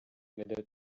whether